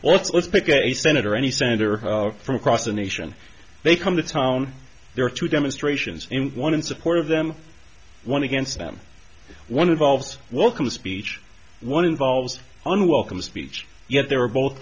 also let's pick a senator any senator from across the nation they come to town there are two demonstrations in one in support of them one against them one involves welcome speech one involves unwelcome speech yet there are both